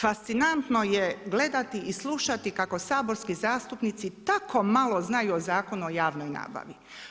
Fascinantno je gledati i slušati kako saborski zastupnici tako malo znaju o Zakonu o javnoj nabavi.